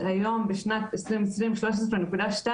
היום בשנת 2020 13.2%,